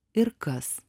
ir kas